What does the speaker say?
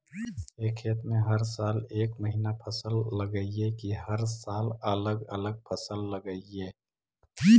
एक खेत में हर साल एक महिना फसल लगगियै कि हर साल अलग अलग फसल लगियै?